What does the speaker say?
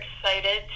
excited